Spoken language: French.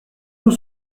nous